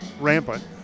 rampant